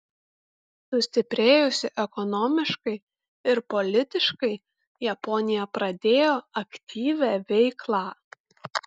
sustiprėjusi ekonomiškai ir politiškai japonija pradėjo aktyvią veiklą